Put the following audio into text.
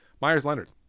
Myers-Leonard